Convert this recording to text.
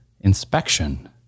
Inspection